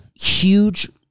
huge